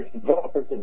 developers